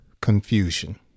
confusion